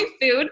food